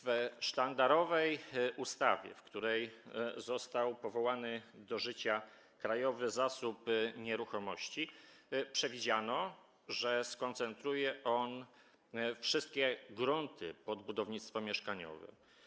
W sztandarowej ustawie, w której został powołany do życia Krajowy Zasób Nieruchomości, przewidziano, że skoncentruje on wszystkie grunty pod budownictwo mieszkaniowe.